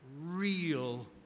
real